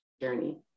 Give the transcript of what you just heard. journey